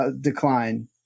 decline